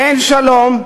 אין שלום,